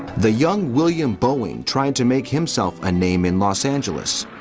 the young william boeing tried to make himself a name in los angeles,